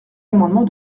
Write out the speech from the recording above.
amendement